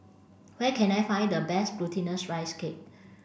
where can I find the best glutinous rice cake